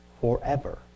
forever